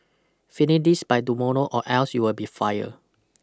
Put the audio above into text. finish this by tomorrow or else you will be fire